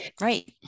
Right